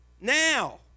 Now